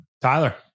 Tyler